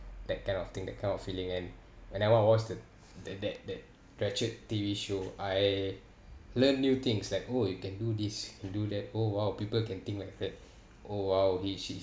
that kind of thing that kind of feeling and whenever I watched the that that that ratched T_V show I learn new things like oh you can do this you do that oh !wow! people can think like that oh !wow! he she